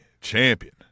champion